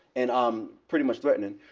and um pretty much threatening,